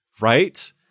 right